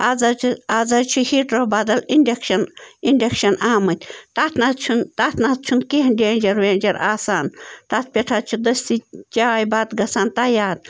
آز حظ چھِ آز حظ چھِ ہیٖٹرو بَدل اِنڈَکشَن اِنڈَکشَن آمٕتۍ تَتھ نَہ حظ چھِنہٕ تَتھ نَہ حظ چھُنہٕ کیٚنٛہہ ڈینجر وینجر آسان تَتھ پٮ۪ٹھ حظ چھِ دٔستی چاے بَتہٕ گَژھان تیار